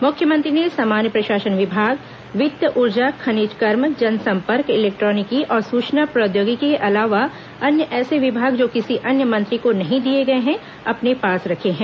मुख्यमंत्री ने सामान्य प्रशासन विभाग वित्त ऊर्जा खनि कर्म जनसंपर्क इलेक्ट्रॉनिकी और सूचना प्रौद्योगिकी के अलावा अन्य ऐसे विभाग जो किसी अन्य मंत्री को नहीं दिए गए हैं अपने पास रखे हैं